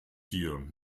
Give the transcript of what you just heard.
dir